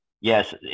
yes